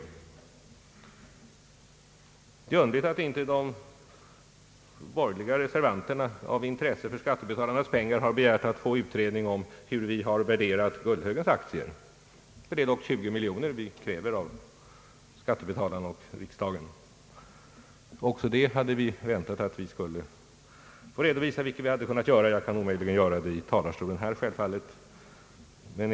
Det är underligt att inte de borgerliga reservanterna av intresse för skattebetalarnas pengar har begärt att få utredning om hur vi har värderat Gullhögens aktier. Det är dock 20 miljoner vi kräver av skattebetalarna och riksdagen. Också det hade vi väntat att få redovisa, vilket vi hade kunnat göra. Jag kan självfallet inte göra det här från talarstolen.